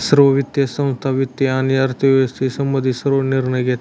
सर्व वित्तीय संस्था वित्त आणि अर्थव्यवस्थेशी संबंधित सर्व निर्णय घेतात